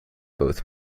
both